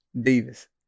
davis